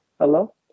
Hello